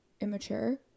immature